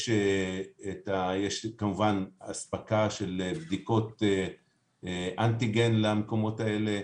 יש כמובן אספקה של בדיקות אנטיגן למקומות האלה.